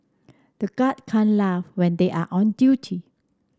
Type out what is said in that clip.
the guards can't laugh when they are on duty